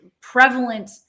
prevalent